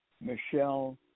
Michelle